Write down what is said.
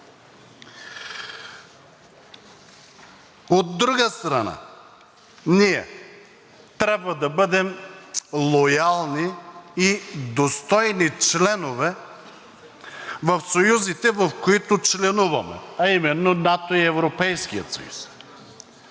От друга страна, ние трябва да бъдем лоялни и достойни членове в съюзите, в които членуваме, а именно НАТО и Европейския съюз.